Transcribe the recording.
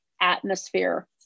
atmosphere